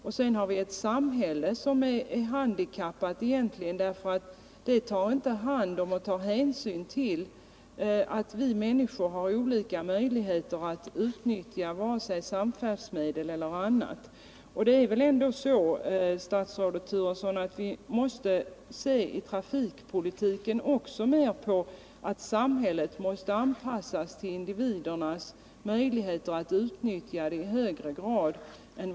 Och dessutom har vi ett samhälle som egentligen också är handikappat, därför att det inte tar hand om och inte tar hänsyn till att vi människor har olika möjligheter att utnyttja samfärdsmedel och annat. Det är väl så, statsrådet Turesson, att vi i högre grad än vi gjort förut måste se till att samhället anpassas till individernas möjligheter att utnyttja samfärdsmedlen.